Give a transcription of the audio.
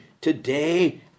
today